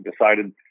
decided